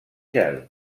gel